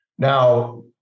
Now